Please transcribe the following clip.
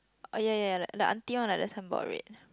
orh ya ya ya ya the the auntie one like the sunblock red ah